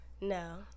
No